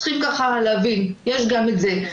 צריכים להבין, יש גם את זה.